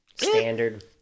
Standard